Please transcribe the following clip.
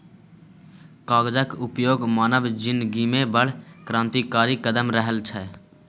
कागजक उपयोग मानव जिनगीमे बड़ क्रान्तिकारी कदम रहल छै